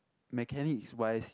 mechanics wise